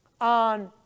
on